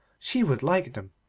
she would like them,